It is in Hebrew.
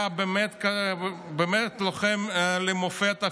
היה באמת לוחם למופת,